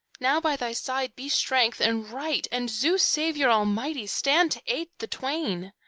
now by thy side be strength and right, and zeus saviour almighty, stand to aid the twain!